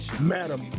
madam